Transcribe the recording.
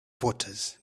voters